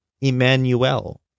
Emmanuel